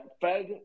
Fed